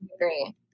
agree